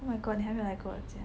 oh my god 你还没来过我的家